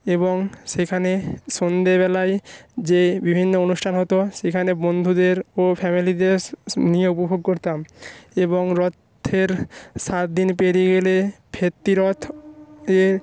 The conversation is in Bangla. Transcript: এবং সেখানে সন্ধেবেলায় যে বিভিন্ন অনুষ্ঠান হতো সেখানে বন্ধুদের ও ফ্যামিলিদের নিয়ে উপভোগ করতাম এবং রথের সাত দিন পেড়িয়ে গেলে ফিরতি রথ এ